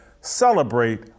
celebrate